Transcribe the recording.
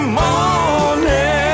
morning